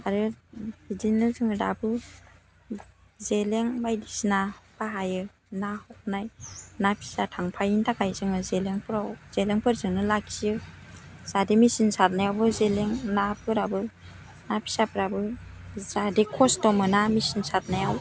आरो बिदिनो जोङो दाबो जेलें बायदिसिना बाहायो ना हमनाय ना फिसा थांफायिनि थाखाय जोङो जेलेंफोराव जेलेंफोरजोंनो लाखियो जाहाथे मेसिन सारनायावबो जेलें नाफोराबो ना फिसाफ्राबो जाहाथे खस्थ' मोना मेसिन सारनायाव